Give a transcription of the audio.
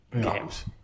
games